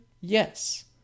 Yes